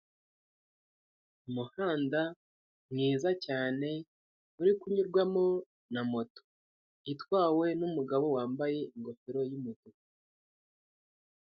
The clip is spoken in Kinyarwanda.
Umuhanda mwiza cyane, uri kunyurwamo na moto, itwawe n'umugabo wambaye ingofero y'umutuku.